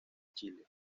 chile